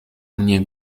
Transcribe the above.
mnie